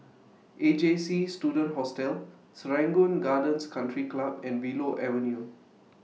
A J C Student Hostel Serangoon Gardens Country Club and Willow Avenue